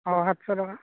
অঁ সাতশ টকা